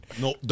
No